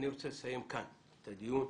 כאן אני רוצה לסיים את הדיון.